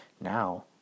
Now